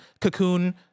Cocoon